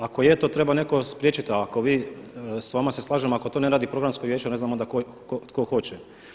Ako je to treba netko spriječiti a ako vi, s vama se slažem ako to ne radi programsko vijeće, ne znam onda tko hoće.